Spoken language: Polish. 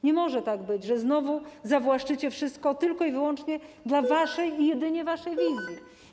Nie może tak być, że znowu zawłaszczycie wszystko tylko i wyłącznie dla waszej i jedynie waszej wizji.